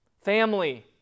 family